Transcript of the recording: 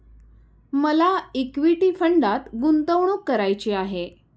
मला इक्विटी फंडात गुंतवणूक करायची आहे